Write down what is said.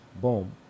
Boom